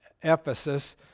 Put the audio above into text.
Ephesus